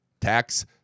tax